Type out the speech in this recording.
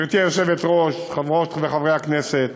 גברתי היושבת-ראש, חברות וחברי הכנסת,